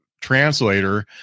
translator